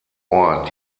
ort